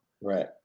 Right